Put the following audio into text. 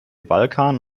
balkan